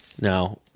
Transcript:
now